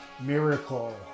miracle